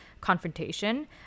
confrontation